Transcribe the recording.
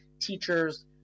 teachers